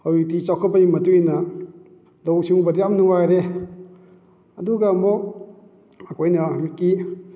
ꯍꯧꯖꯤꯛꯇꯤ ꯆꯥꯎꯈꯠꯄꯒꯤ ꯃꯇꯨꯡ ꯏꯟꯅ ꯂꯧꯎ ꯁꯤꯡꯎꯕꯗ ꯌꯥꯝꯅ ꯅꯨꯡꯉꯥꯏꯔꯦ ꯑꯗꯨꯒ ꯑꯃꯨꯛ ꯑꯩꯈꯣꯏꯅ ꯍꯧꯖꯤꯛꯀꯤ